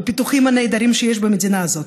בפיתוחים הנהדרים שיש במדינה הזאת,